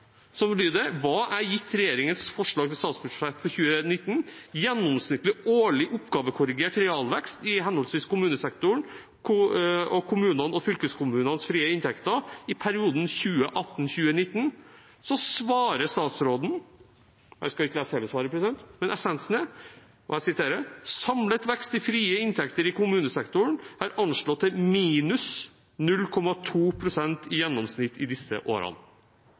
som lyder: «Hva er, gitt regjeringens forslag til statsbudsjett for 2019, gjennomsnittlig årlig oppgavekorrigert realvekst i henholdsvis kommunesektoren og kommunenes og fylkeskommunenes frie inntekter i perioden 2018–2019?» svarer statsråden – jeg skal ikke lese hele svaret, men essensen er: Samlet vekst i frie inntekter i kommunesektoren er anslått til minus 0,2 pst. i gjennomsnitt i disse årene.